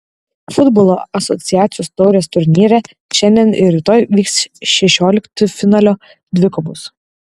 futbolo asociacijos taurės turnyre šiandien ir rytoj vyks šešioliktfinalio dvikovos